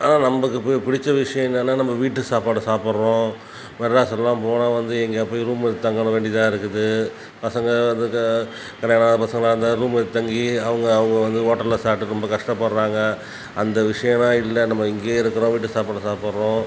ஆனால் நம்மளுக்கு இப்போ பிடிச்ச விஷயம் என்னென்னா நம்ம வீட்டு சாப்பாடை சாப்பிட்றோம் மெட்ராஸ்லலாம் போனால் வந்து எங்கேயாவது போய் ரூமு எடுத்து தங்க வேண்டியதாக இருக்குது பசங்க அதுக்கு கல்யாணம் ஆகாத பசங்களாக இருந்தால் ரூமு எடுத்து தங்கி அவங்க அவங்க வந்து ஹோட்டலில் சாப்பிட்டு ரொம்ப கஷ்டப்படுறாங்க அந்த விஷயம்லாம் இல்லை நம்ம இங்கேயே இருக்கிறோம் வீட்டு சாப்பாடை சாப்பிட்றோம்